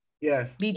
Yes